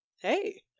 hey